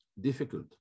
difficult